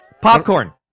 Popcorn